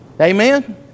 Amen